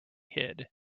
hid